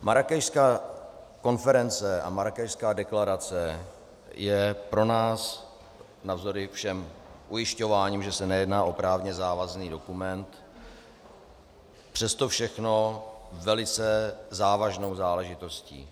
Marrákešská konference a Marrákešská deklarace je pro nás navzdory všem ujišťováním, že se nejedná o právně závazný dokument, přes to všechno velice závažnou záležitostí.